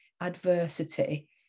adversity